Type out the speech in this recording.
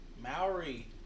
Maori